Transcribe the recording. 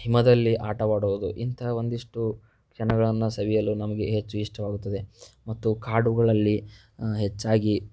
ಹಿಮದಲ್ಲಿ ಆಟವಾಡೋದು ಇಂಥ ಒಂದಿಷ್ಟು ಕ್ಷಣಗಳನ್ನು ಸವಿಯಲು ನಮಗೆ ಹೆಚ್ಚು ಇಷ್ಟವಾಗುತ್ತದೆ ಮತ್ತು ಕಾಡುಗಳಲ್ಲಿ ಹೆಚ್ಚಾಗಿ